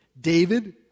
David